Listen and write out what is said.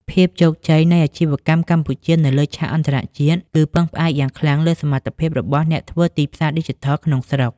ភាពជោគជ័យនៃអាជីវកម្មកម្ពុជានៅលើឆាកអន្តរជាតិ គឺពឹងផ្អែកយ៉ាងខ្លាំងលើសមត្ថភាពរបស់អ្នកធ្វើទីផ្សារឌីជីថលក្នុងស្រុក។